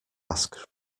ask